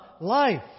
life